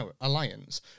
alliance